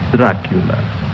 Dracula